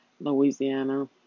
Louisiana